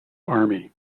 army